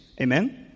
Amen